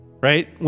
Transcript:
Right